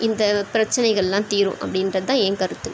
இந்த பிரச்சினைகள்ல்லாம் தீரும் அப்படின்றதுதான் என் கருத்து